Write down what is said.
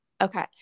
Okay